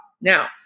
Now